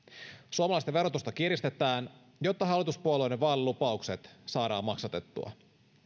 suomalaisten verotusta kiristetään jotta hallituspuolueiden vaalilupaukset saadaan maksatettua